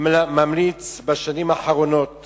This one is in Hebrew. ממליץ בשנים האחרונות